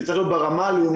זה צריך להיות ברמה הלאומית,